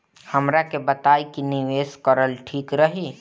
हमरा के बताई की निवेश करल ठीक रही?